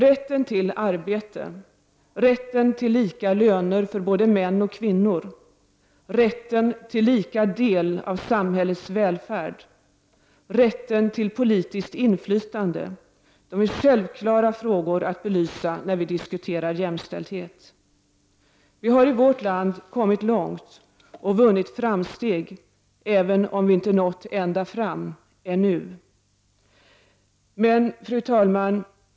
Rätten till arbete, rätten till lika löner för både män och kvinnor, rätten till lika del av samhällets välfärd, rätten till politiskt inflytande är självklara frågor att belysa när vi diskuterar jämställdhet. Vi har i vårt land kommit långt och vunnit framsteg även om vi inte nått ända fram — ännu.